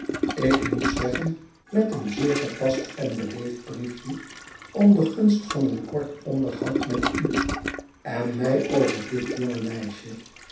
ik moet zeggen met een zeer gepast en beleefd briefje om de gunst van een kort onderhoud met u en mij over dit jonge meisje